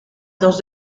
dos